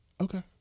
Okay